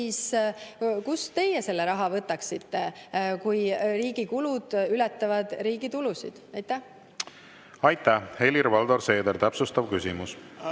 kust teie selle raha võtaksite, kui riigi kulud ületavad riigi tulusid? Aitäh! Helir-Valdor Seeder, täpsustav küsimus,